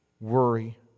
worry